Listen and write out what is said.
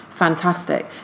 fantastic